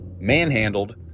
manhandled